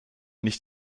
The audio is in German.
nicht